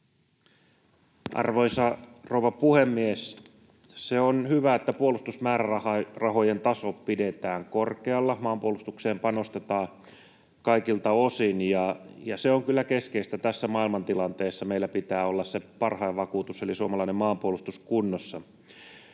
Arvoisa rouva puhemies! Se on hyvä, että puolustusmäärärahojen taso pidetään korkealla. Maanpuolustukseen panostetaan kaikilta osin, ja se on kyllä keskeistä tässä maailmantilanteessa. Meillä pitää olla se parhain vakuutus eli suomalainen maanpuolustus kunnossa.